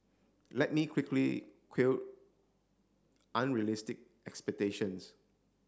let me quickly quell unrealistic expectations